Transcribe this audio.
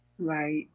right